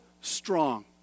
strong